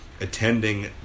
attending